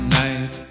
night